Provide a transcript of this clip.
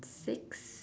six